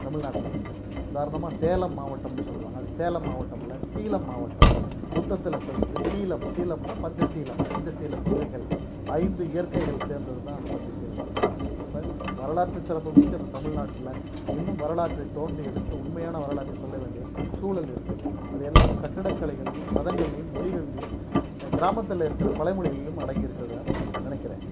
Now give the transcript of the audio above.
தமிழ்நாட்டில் இருக்குது உதாரணமாக சேலம் மாவட்டம்னு சொல்லுவாங்க அது சேலம் மாவட்டம் இல்லை சீலம் மாவட்டம் புத்தத்தில் சொல்கிறது சீலம் சீலம்னா பஞ்சசீலம் பஞ்சசீல கொள்கைகள் ஐந்து இயற்கைகள் சேர்ந்தது தான் அந்த பஞ்சசீலம்னு சொல்கிறாங்க அப்போ வரலாற்று சிறப்புமிக்க இந்த தமிழ்நாட்டில் இன்னும் வரலாற்றை தோண்டி எடுத்து உண்மையான வரலாற்றை சொல்ல வேண்டிய சூழல் இருக்குது அது எல்லாம் கட்டிடக் கலைகள்லேயும் மதங்கள்லேயும் மொழிகள்லையும் கிராமத்தில் இருக்கிற பல மொழிகள்லையும் அடங்கி இருக்கிறதாக நினைக்கிறேன்